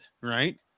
right